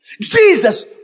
Jesus